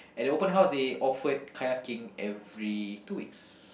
at the open house they offered kayaking every two weeks